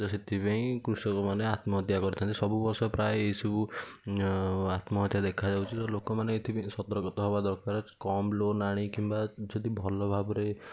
ତ ସେଥିପାଇଁ କୃଷକମାନେ ଆତ୍ମହତ୍ୟା କରିଥାନ୍ତି ସବୁ ବର୍ଷ ପ୍ରାୟ ଏସବୁ ଆତ୍ମହତ୍ୟା ଦେଖାଯାଉଛି ତ ଲୋକମାନେ ଏଥିପାଇଁ ସତର୍କତା ହେବା ଦରକାର କମ୍ ଲୋନ୍ ଆଣି କିମ୍ବା ଯଦି ଭଲ ଭାବରେ ଅମଳ